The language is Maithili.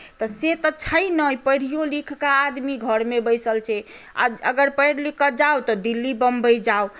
तऽ से तऽ छै नहि पढ़ियो लिखि कऽ आदमी घरमे बैसल छै आ अगर पढ़ि लिखि कऽ जाउ तऽ दिल्ली बम्बइ जाउ